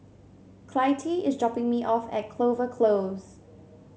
Clytie is dropping me off at Clover Close